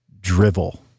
drivel